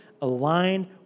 aligned